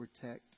protect